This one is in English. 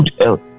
health